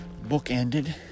bookended